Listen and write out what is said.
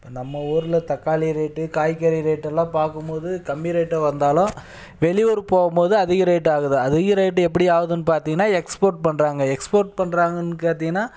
இப்போ நம்ம ஊரில் தக்காளி ரேட்டு காய்கறி ரேட்டு எல்லாம் பார்க்கும்போது கம்மி ரேட்டாக வந்தாலும் வெளியூர் போகும்போது அதிக ரேட்டு ஆகுது அதிக ரேட்டு எப்படி ஆகுதுன்னு பார்த்திங்கன்னா எக்ஸ்போர்ட் பண்ணுறாங்க எக்ஸ்போர்ட் பண்ணுறாங்கன்னு காத்திங்கன்னா